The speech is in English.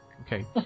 Okay